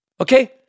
okay